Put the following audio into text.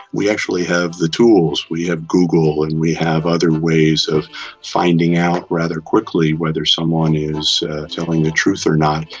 we actually have the tools, we have google and we have other ways of finding out rather quickly whether someone is telling the truth or not,